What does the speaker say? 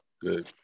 good